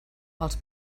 els